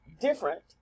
different